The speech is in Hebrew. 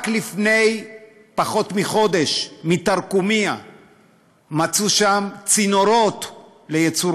רק לפני פחות מחודש בתרקומיא מצאו צינורות לייצור